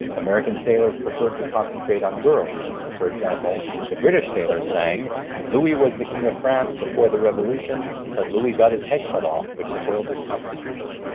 american sailors preferred to concentrate on girls. for example, the british sailors sang louis was the king of france before the revolution, but louis got his head cut off, which spoiled his constitution.